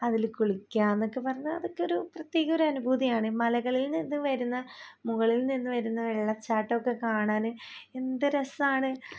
അതിൽ കുളിക്കാമെന്നൊക്കെ പറഞ്ഞാൽ അതൊക്കൊരു പ്രത്യേക ഒരനുഭൂതിയാണ് മലകളിൽ നിന്നും വരുന്ന മുകളിൽ നിന്ന് വരുന്ന വെള്ളച്ചാട്ടമൊക്കെ കാണാൻ എന്തു രസമാണ്